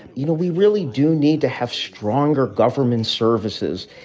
you know, we really do need to have stronger government services.